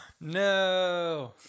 No